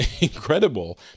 incredible